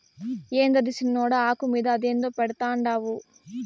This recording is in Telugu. యాందది సిన్నోడా, ఆకు మీద అదేందో పెడ్తండావు